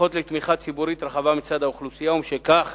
הזוכות לתמיכה ציבורית רחבה מצד האוכלוסייה, ומשכך